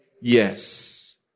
yes